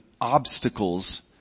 obstacles